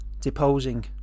deposing